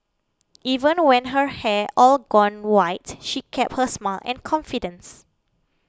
even when her hair all gone white she kept her smile and confidence